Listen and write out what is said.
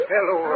Hello